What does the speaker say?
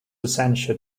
essential